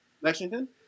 Lexington